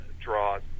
draws